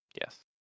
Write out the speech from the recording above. Yes